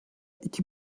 iki